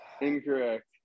Incorrect